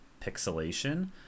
pixelation